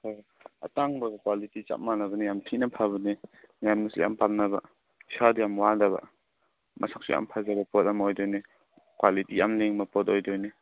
ꯑꯥ ꯑꯇꯥꯡꯕꯒ ꯀ꯭ꯋꯥꯂꯤꯇꯤ ꯆꯞ ꯃꯥꯟꯅꯕꯅꯦ ꯌꯥꯝ ꯊꯤꯅ ꯐꯕꯅꯦ ꯃꯌꯥꯝꯅꯁꯨ ꯌꯥꯝ ꯄꯥꯝꯅꯕ ꯏꯁꯥꯗ ꯌꯥꯝ ꯋꯥꯗꯕ ꯃꯁꯛꯁꯨ ꯌꯥꯝ ꯐꯖꯕ ꯄꯣꯠ ꯑꯃ ꯑꯣꯏꯗꯣꯏꯅꯦ ꯀ꯭ꯋꯥꯂꯤꯇꯤ ꯌꯥꯝ ꯂꯤꯡꯕ ꯄꯣꯠ ꯑꯣꯏꯗꯣꯏꯅꯦ